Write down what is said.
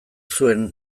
zuen